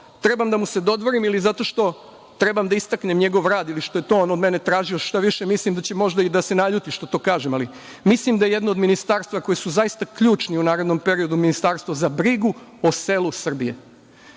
trebam da mu se dodvorim ili zato što trebam da istaknem njegov rad, ili što je to on od mene tražio. Štaviše, mislim da će možda i da se naljuti što to kažem, ali mislim da je jedno od ministarstva koja su zaista ključna u narednom periodu i Ministarstvo za brigu o selu